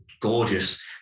Gorgeous